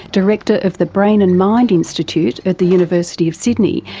director of the brain and mind institute at the university of sydney,